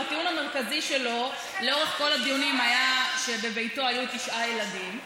שהטיעון המרכזי שלו לאורך כל הדיונים היה שבביתו היו תשעה ילדים,